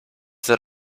that